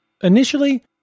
Initially